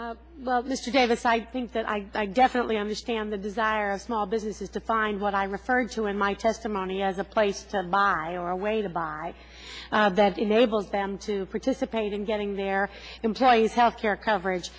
well mr davis i think that i definitely understand the desire of small businesses to find what i referred to in my testimony as a place by our way to buy that enables them to participate in getting their employees health care coverage